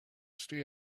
stay